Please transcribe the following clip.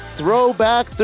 throwback